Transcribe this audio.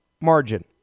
margin